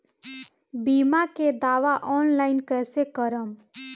बीमा के दावा ऑनलाइन कैसे करेम?